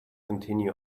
continue